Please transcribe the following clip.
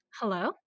Hello